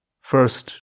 first